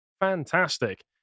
Fantastic